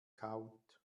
kaut